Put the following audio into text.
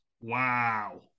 Wow